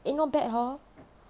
eh not bad hor